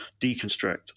deconstruct